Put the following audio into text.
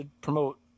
promote